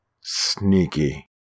sneaky